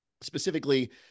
specifically